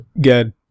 Good